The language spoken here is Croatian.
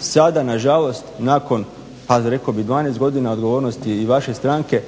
sada nažalost nakon pa rekao bih 12 godina odgovornosti i vaše stranke